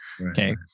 okay